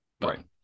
Right